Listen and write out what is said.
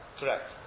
correct